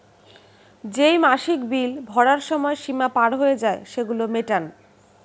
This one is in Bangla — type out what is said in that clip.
যেই মাসিক বিল ভরার সময় সীমা পার হয়ে যায়, সেগুলো মেটান